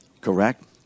Correct